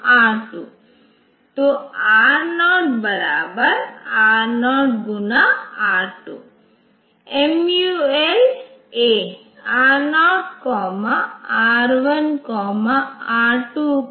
तो INT 0 यह location 0 पर आ जाएगा INT 1 लोकेशन 8 पर आ जाएगा INT 2 लोकेशन 16 पर आ जाएगा